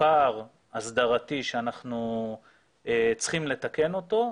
פער הסדרתי שאנחנו צריכים לתקן אותו,